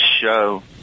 show